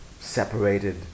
separated